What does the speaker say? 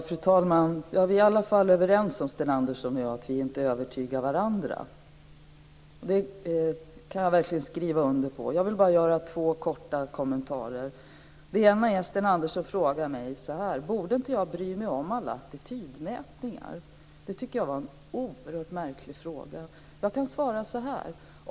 Fru talman! Vi är i alla fall överens, Sten Andersson och jag, om att vi inte övertygar varandra. Det kan jag verkligen skriva under på. Jag vill bara göra två korta kommentarer. Sten Andersson frågar om jag inte borde bry mig om alla attitydmätningar. Det tycker jag var en oerhört märklig fråga. Jag kan svara så här.